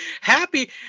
Happy